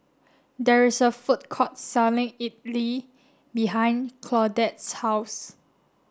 there is a food court selling Idili behind Claudette's house